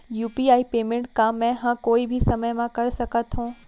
UPI payment का मैं ह कोई भी समय म कर सकत हो?